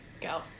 Go